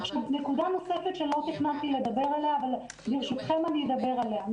נקודה נוספת שלא תכננתי לדבר עליה אבל ברשותכם אני אדבר עליה,